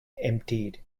emptied